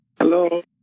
hello